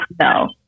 No